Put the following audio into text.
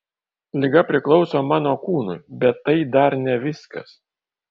liga priklauso mano kūnui bet tai dar ne viskas